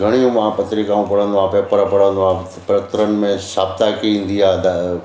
घणियूं मां पत्रिकाऊं पढ़ंदो आहे पेपर पढ़ंदो आहे पत्रनि में शापताखी ईंदी आहे त